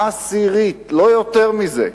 לא יותר מזה,